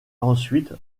ensuite